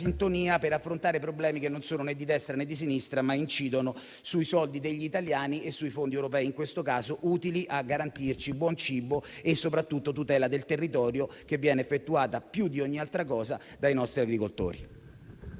sintonia per affrontare problemi che non sono né di destra, né di sinistra, ma che incidono sulle tasche degli italiani e sui fondi europei, in questo caso utili a garantirci buon cibo e soprattutto tutela del territorio che viene effettuata più di ogni altra cosa dai nostri agricoltori.